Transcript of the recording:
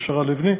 השרה לבני,